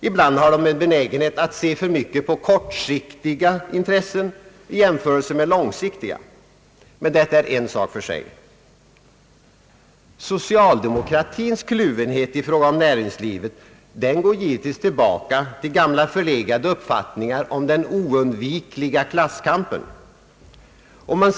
Ibland har de en benägenhet att se för mycket på kortsiktiga intressen i jämförelse med långsiktiga. Men detta är en sak för sig. Socialdemokratins kluvenhet i fråga om näringslivet går givetvis tillbaka till gamla förlegade uppfattningar om den oundvikliga klasskampen.